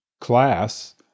class